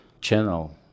channel